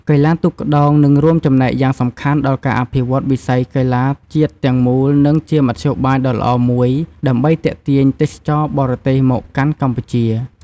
កីឡាទូកក្ដោងនឹងរួមចំណែកយ៉ាងសំខាន់ដល់ការអភិវឌ្ឍន៍វិស័យកីឡាជាតិទាំងមូល និងជាមធ្យោបាយដ៏ល្អមួយដើម្បីទាក់ទាញទេសចរណ៍បរទេសមកកាន់កម្ពុជា។